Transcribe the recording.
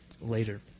later